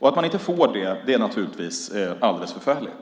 Att man inte får det är naturligtvis alldeles förfärligt.